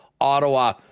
Ottawa